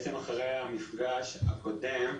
בעצם אחרי המפגש הקודם,